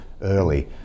early